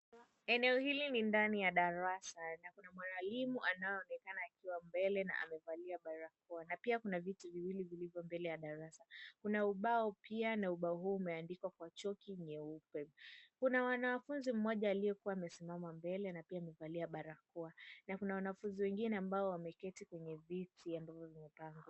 Eneo hili ni ndani ya darasa, na kuna mwalimu anayeonekana akiwa mbele amevalia barakoa, na pia kuna viti viwili vilivyo mbele ya darasa, kuna ubao pia, na ubao huu umeandikwa kwa choki nyeupe, kuna mwanafunzi aliyekuwa amesimama mbele na pia amevalia barakoa, na kuna wanafunzi wengine ambao wameketi kwenye viti ambavyo vimepangwa.